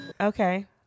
Okay